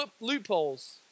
loopholes